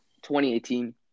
2018